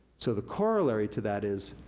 so, the corollary to that is,